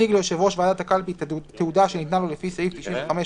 יציג ליושב ראש ועדת הקלפי את התעודה שניתנה לו לפי סעיף 95(א).";